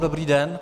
Dobrý den.